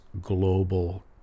global